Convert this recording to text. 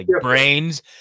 brains